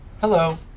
Hello